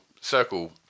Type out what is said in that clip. circle